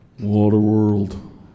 Waterworld